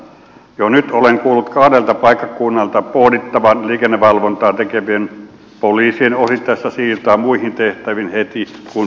jo nyt olen kuullut kahdella paikkakunnalla pohdittavan liikennevalvontaa tekevien poliisien osittaista siirtoa muihin tehtäviin heti kun se on mahdollista